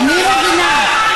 אולי נתקן את חוק ההסתה.